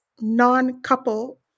non-couple